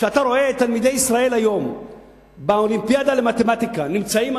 כשאתה רואה את תלמידי ישראל היום באולימפיאדה למתמטיקה נמצאים,